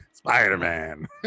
Spider-Man